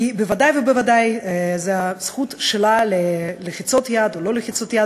כי בוודאי ובוודאי זו הזכות שלה ללחוץ יד או לא ללחוץ יד,